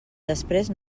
després